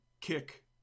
kick